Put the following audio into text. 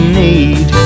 need